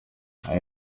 ivan